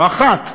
לא אחת,